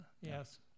yes